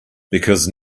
because